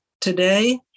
today